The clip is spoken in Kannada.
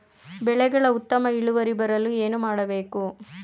ಬೆಳೆಗಳ ಉತ್ತಮ ಇಳುವರಿ ಬರಲು ಏನು ಮಾಡಬೇಕು?